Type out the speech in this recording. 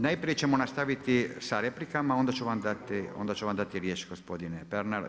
Najprije ćemo nastaviti sa replikama, onda ću vam dati riječ gospodine Pernar.